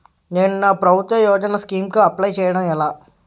నేను నా ప్రభుత్వ యోజన స్కీం కు అప్లై చేయడం ఎలా?